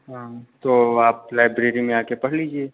हाँ तो आप लाइब्रेरी में आकर पढ़ लीजिए